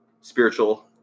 spiritual